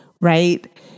right